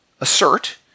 assert